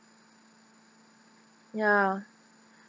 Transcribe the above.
ya